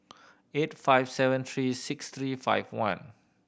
eight five seven three six three five one